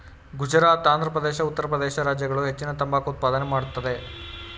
ಗುಜರಾತ್, ಆಂಧ್ರಪ್ರದೇಶ, ಉತ್ತರ ಪ್ರದೇಶ ರಾಜ್ಯಗಳು ಹೆಚ್ಚಿನ ತಂಬಾಕು ಉತ್ಪಾದನೆ ಮಾಡತ್ತದೆ